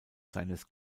seines